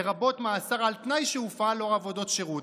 לרבות מאסר על תנאי שהופעל או עבודות שירות.